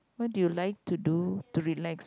what do you like to do to relax